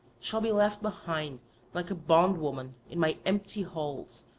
shall be left behind like a bondwoman in my empty halls,